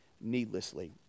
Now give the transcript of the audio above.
needlessly